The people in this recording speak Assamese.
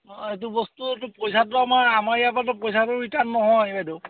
এইটো বস্তুটো পইচাটো আমাৰ ইয়াৰ পৰাতো পইচাটো ৰিটাৰ্ণ নহয় বাইদেউ